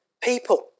people